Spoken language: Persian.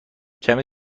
کمی